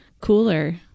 cooler